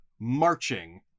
marching